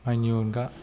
माइनि अनगा